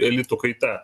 elitų kaita